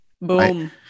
Boom